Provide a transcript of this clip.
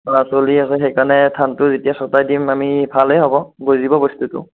বা চলি আছে সেইকাৰণে ধানটো যেতিয়া ছটাই দিম আমি ভালে হ'ব গজিব বস্তুটো